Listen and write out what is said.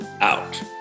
out